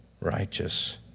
righteous